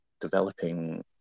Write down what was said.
developing